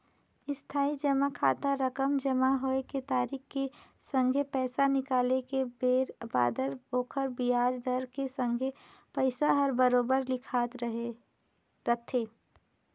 इस्थाई जमा खाता रकम जमा होए के तारिख के संघे पैसा निकाले के बेर बादर ओखर बियाज दर के संघे पइसा हर बराबेर लिखाए रथें